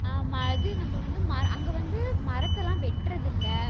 ம இது நம்ம வந்து மரம் அங்கே வந்து மரத்தெல்லாம் வெட்றதில்லை